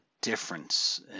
difference